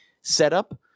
setup